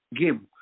game